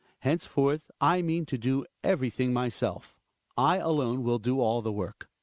henceforth i mean to do everything myself i alone will do all the work.